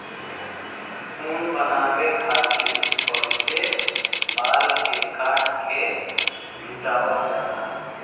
ऊन बनावे खतिर पहिले बाल के काट के जुटावल जाला